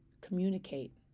communicate